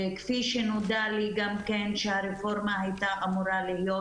כפי שנודע לי גם כן שהרפורמה הייתה אמורה להיות,